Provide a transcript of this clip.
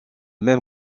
même